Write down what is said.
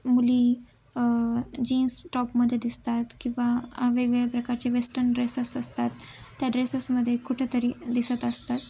मुली जीन्स टॉपमध्ये दिसतात किंवा वेगवेगळ्या प्रकारचे वेस्टन ड्रेसेस असतात त्या ड्रेसेसमध्ये कुठेतरी दिसत असतात